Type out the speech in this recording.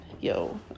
Yo